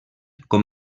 com